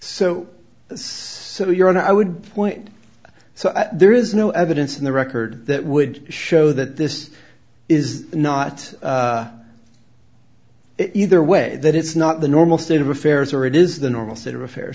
so so your honor i would point so there is no evidence in the record that would show that this is not either way that it's not the normal state of affairs or it is the normal state of affairs